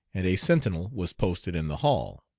and a sentinel was posted in the hall.